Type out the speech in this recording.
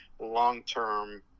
long-term